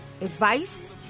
advice